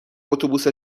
اتوبوس